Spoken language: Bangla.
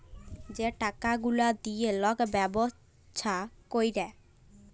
যে টাকা গুলা দিঁয়ে লক ব্যবছা ক্যরে